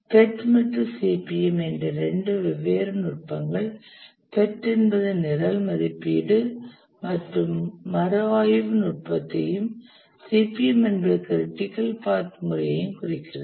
PERT மற்றும் CPM என்ற இரண்டு வெவ்வேறு நுட்பங்கள் PERT என்பது நிரல் மதிப்பீடு மற்றும் மறுஆய்வு நுட்பத்தையும் CPM என்பது க்ரிட்டிக்கல் பாத் முறையையும் குறிக்கிறது